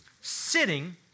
sitting